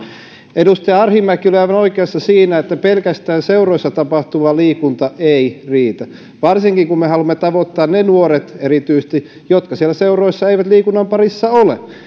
edustaja arhinmäki oli aivan oikeassa siinä että pelkästään seuroissa tapahtuva liikunta ei riitä varsinkin kun me haluamme tavoittaa erityisesti ne nuoret jotka siellä seuroissa eivät liikunnan parissa ole